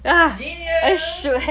genius